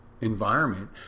environment